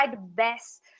best